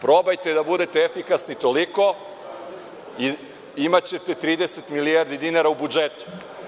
Probajte da budete efikasni toliko i imaćete 30 milijardi dinara u budžetu.